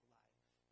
life